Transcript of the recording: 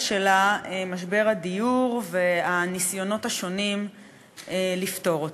שלה משבר הדיור והניסיונות השונים לפתור אותו.